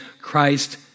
Christ